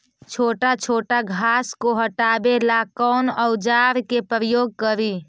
छोटा छोटा घास को हटाबे ला कौन औजार के प्रयोग करि?